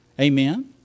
Amen